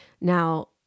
Now